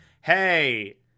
hey